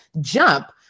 jump